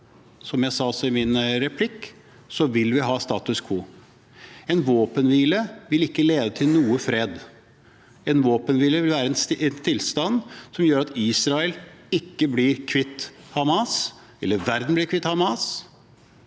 som jeg også sa i min replikk – vil vi ha status quo. En våpenhvile vil ikke lede til noen fred. En våpenhvile vil være en tilstand som gjør at Israel ikke blir kvitt Hamas, verden blir ikke kvitt Hamas,